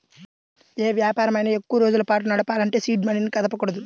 యే వ్యాపారమైనా ఎక్కువరోజుల పాటు నడపాలంటే సీడ్ మనీని కదపకూడదు